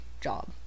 job